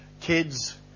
kids